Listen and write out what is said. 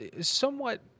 somewhat